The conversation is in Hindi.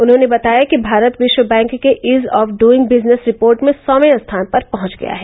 उन्होंने बताया कि भारत विश्व बैंक के ease of doing business report में सौवें स्थान पर पहुंच गया है